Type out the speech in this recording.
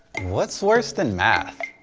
what's worse than math?